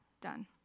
done